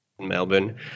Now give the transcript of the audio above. Melbourne